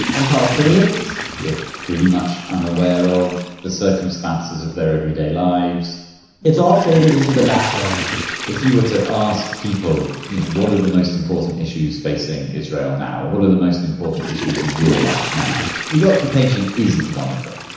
and palestinians, we're pretty much unaware of the circumstances of their everyday lives it's all faded into the background if you were to ask people you know what are the most important issues facing israel now? or what are the most important issues in your life now? the occupation isn't one of them.